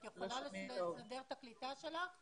אני רוצה להבין, משרד הבריאות לקח את הכסף ואני